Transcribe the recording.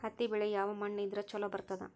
ಹತ್ತಿ ಬೆಳಿ ಯಾವ ಮಣ್ಣ ಇದ್ರ ಛಲೋ ಬರ್ತದ?